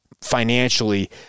financially